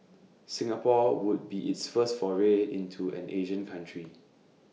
Singapore would be its first foray into an Asian country